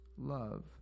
love